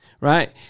right